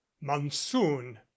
monsoon